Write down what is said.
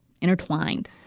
intertwined